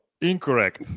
incorrect